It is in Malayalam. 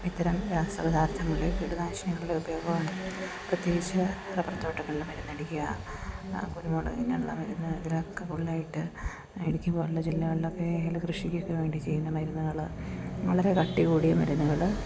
ഇത്തരം രാസപദാർത്ഥങ്ങളുടേയും കീടനാശിനികളുടേയും ഉപയോഗമാണ് പ്രത്യേകിച്ചു റബ്ബർ തോട്ടങ്ങളിൽ മരുന്ന് അടിക്കുക കുരുമുളക് ഇങ്ങനെയുള്ള മരുന്ന് ഇതിനൊക്കെ കൂടുതലായിട്ട് ഇടുക്കി പോലെയുള്ള ജില്ലകളിലൊക്കെ ഏലം കൃഷിക്കൊക്കെ വേണ്ടി ചെയ്യുന്ന മരുന്നുകൾ വളരെ കട്ടികൂടിയ മരുന്നുകൾ